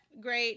great